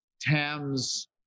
Tams